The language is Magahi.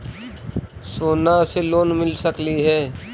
सोना से लोन मिल सकली हे?